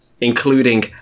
including